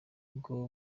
bwo